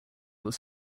was